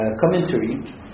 commentary